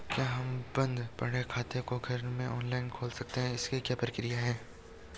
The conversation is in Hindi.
क्या हम बन्द पड़े खाते को घर में ऑनलाइन खोल सकते हैं इसकी क्या प्रक्रिया है?